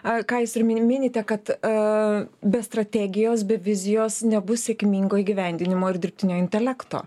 a ką jūs ir mini minite kad a be strategijos be vizijos nebus sėkmingo įgyvendinimo ir dirbtinio intelekto